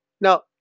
Now